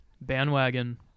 Bandwagon